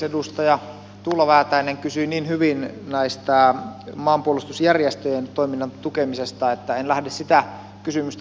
edustaja tuula väätäinen kysyi niin hyvin näiden maanpuolustusjärjestöjen toiminnan tukemisesta että en lähde sitä kysymystä toistamaan